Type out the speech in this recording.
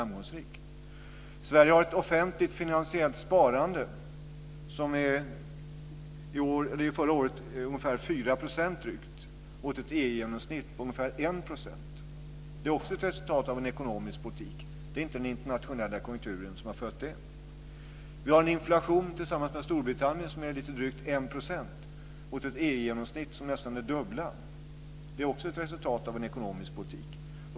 Sverige har ett offentligt finansiellt sparande som förra året uppgick till ungefär 4 %, vilket kan jämföras med ett EU-genomsnitt om ca 1 %. Det är också ett resultat av en ekonomisk politik. Det är inte den internationella konjunkturen som har fött detta. Vi har tillsammans med Storbritannien en inflation som uppgår till lite drygt 1 %, att jämföra med ett EU-genomsnitt om nästan det dubbla. Också det är ett resultat av en ekonomisk politik.